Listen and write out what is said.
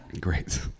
Great